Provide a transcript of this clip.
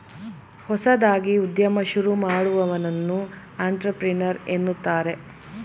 ಹೊಸದಾಗಿ ಉದ್ಯಮ ಶುರು ಮಾಡುವವನನ್ನು ಅಂಟ್ರಪ್ರಿನರ್ ಎನ್ನುತ್ತಾರೆ